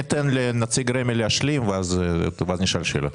ניתן לנציג רמ"י להשלים ואז נשאל שאלות.